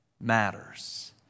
matters